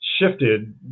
shifted